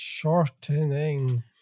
shortening